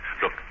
Look